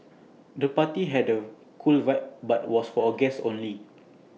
the party had A cool vibe but was for guests only